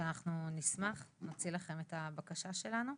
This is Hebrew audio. שאנחנו נשמח ונוציא לכם את הבקשה שלנו.